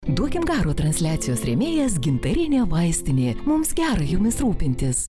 duokim garo transliacijos rėmėjas gintarinėje vaistinėje mums gerai jumis rūpintis